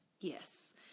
yes